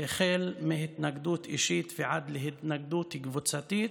החל מהתנגדות אישית ועד להתנגדות קבוצתית.